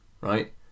right